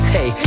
Hey